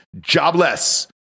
Jobless